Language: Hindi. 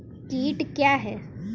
कीट क्या है?